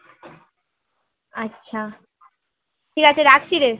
আচ্ছা ঠিক আছে রাখছি রে